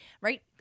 right